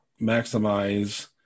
maximize